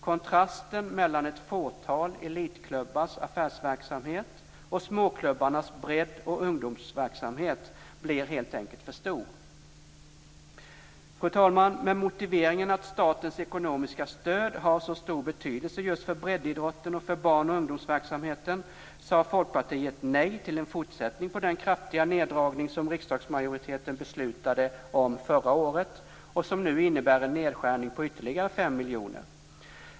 Kontrasten mellan ett fåtal elitklubbars affärsverksamhet och småklubbarnas bredd och ungdomsverksamhet blir helt enkelt för stor. Fru talman! Med motiveringen att statens ekonomiska stöd har så stor betydelse just för breddidrotten och för barn och ungdomsverksamheten sa Folkpartiet nej till en fortsättning på den kraftiga neddragning som riksdagsmajoriteten beslutade om förra året och som nu innebär en nedskärning på ytterligare 5 miljoner.